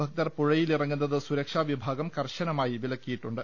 ഭക്തർ പുഴയിലിറങ്ങുന്നത് സുരക്ഷാ വിഭാഗം കർശനമായി വിലക്കിയിട്ടുണ്ട്